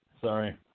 Sorry